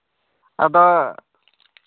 ᱟᱫᱚ